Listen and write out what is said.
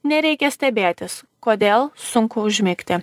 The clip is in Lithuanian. nereikia stebėtis kodėl sunku užmigti